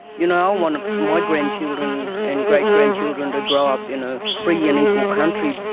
you know want my grandchildren and great-grandchildren to grow up in a free and equal country.